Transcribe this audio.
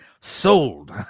sold